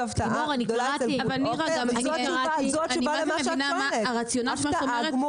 לימור, אני קראתי, אני מבינה ואני